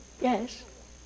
Yes